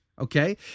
okay